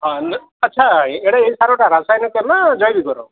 ହଁ ନା ଆଚ୍ଛା ଏ ଏଟା ଏ ସାରଟା ରାସାୟନିକ ନା ଜୈବିକର